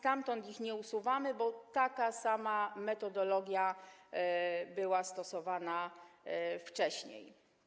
Stamtąd ich nie usuwamy, bo taka metodologia była stosowana wcześniej.